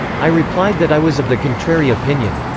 i replied that i was of the contrary opinion.